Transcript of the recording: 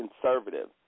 conservative